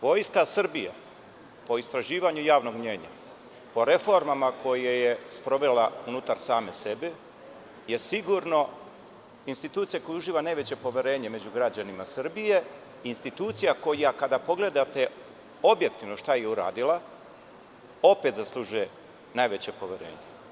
Vojska Srbije po istraživanju javnog mnjenja, po reformama koje je sprovela unutar same sebe je sigurno institucija koja uživa najveće poverenje među građanima Srbije, institucija koja kada pogledate objektivno šta je uradila, opet zaslužuje najveće poverenje.